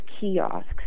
kiosks